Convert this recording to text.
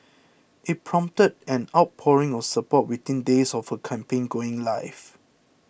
it prompted an outpouring of support within days of her campaign going live